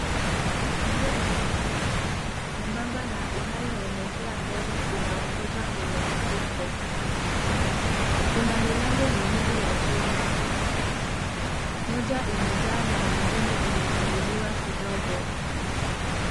Njia ndefu nyembamba na inayoelekea mbele ainayoongoza kwenye majengo, kuna milango mbili za chuma, moja imejaa na kuna nyungine imefunguliwa kidogo .